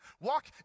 Walk